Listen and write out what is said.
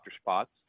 spots